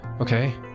Okay